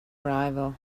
arrival